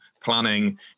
planning